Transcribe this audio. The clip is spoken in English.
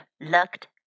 looked